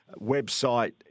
website